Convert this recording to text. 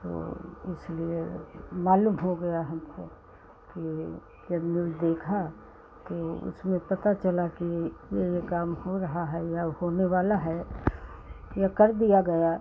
तो इसलिए मालूम हो गया हमको कि जब न्यूज़ देखा कि उसमें पता चला कि ये ये काम हो रहा है या होने वाला है या कर दिया गया